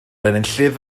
enillydd